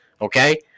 Okay